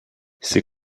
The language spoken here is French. ses